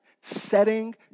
setting